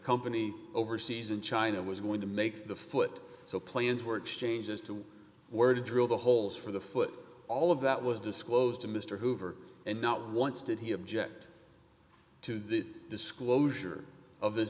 company overseas in china was going to make the foot so plans were exchanged as to where to drill the holes for the foot all of that was disclosed to mr hoover and not once did he object to the disclosure of this